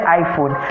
iPhone